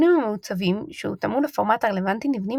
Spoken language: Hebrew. הנתונים המעוצבים שהותאמו לפורמט הרלוונטי נבנים